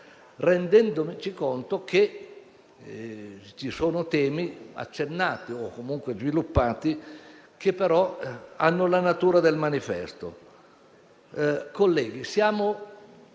Rendiamoci conto che ci sono temi accennati, o comunque sviluppati, che però hanno la natura del manifesto.